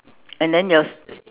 and then your